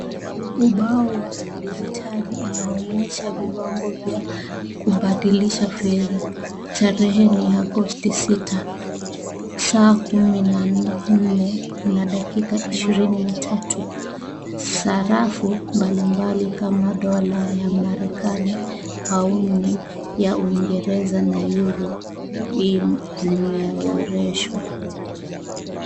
Ubao wa dijitali unaonyesha viwango vya kubadilisha fedha, tarehe ni Agosti sita, saa kumi na nne na dakika ishirini na tatu, sarafu mbalimbali kama dola ya marekani, paundi ya uingereza na yuro zimeorodheshwa.